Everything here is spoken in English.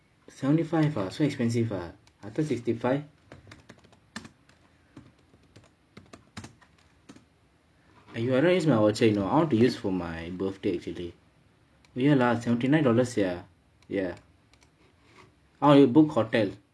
seventy five ah so expensive ah I thought sixty five oh you arrange my voucher I want to use for my birthday actually ya lah seventy nine dollars sia ya oh you book hotel